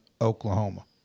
Oklahoma